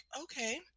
okay